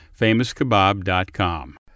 Famouskebab.com